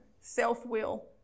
self-will